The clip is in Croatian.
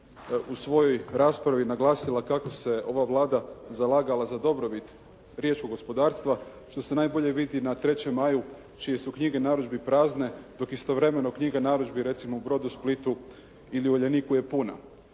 u svojoj raspravi naglasila kako se ova Vlada zalagala za dobrobit riječkog gospodarstva što se najbolje vidi na Trećem maju čije su knjige narudžbi prazne dok istovremeno knjiga narudžbi recimo u Brodosplitu ili Uljaniku je puna.